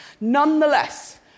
Nonetheless